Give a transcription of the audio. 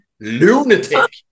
lunatic